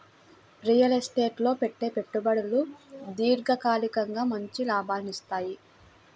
real estate లో పెట్టే పెట్టుబడులు దీర్ఘకాలికంగా మంచి లాభాలనిత్తయ్యి